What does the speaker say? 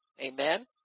Amen